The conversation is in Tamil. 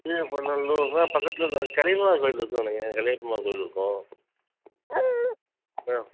கீழப்பநல்லூர்னா பக்கத்தில் கலியப்பெருமாள் கோயில் இருக்குதுனு நினைக்கிறேன் கலியப்பெருமாள் கோயில் இருக்கும் ஆ